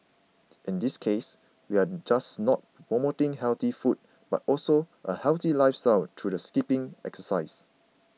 in this case we are not just promoting healthy food but also a healthy lifestyle through the skipping exercise